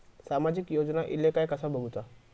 सामाजिक योजना इले काय कसा बघुचा?